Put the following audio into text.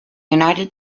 united